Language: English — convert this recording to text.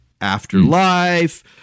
afterlife